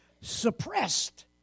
suppressed